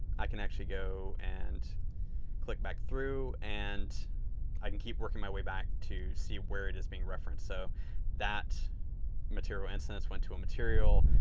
i can actually go and click back through and i can keep working my way back to see where it is being referenced. so that material instance went to a material.